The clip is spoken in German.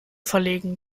verlegen